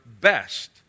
best